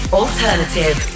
alternative